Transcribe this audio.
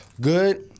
Good